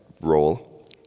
role